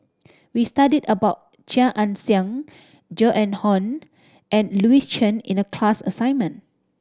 we studied about Chia Ann Siang Joan Hon and Louis Chen in the class assignment